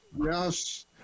Yes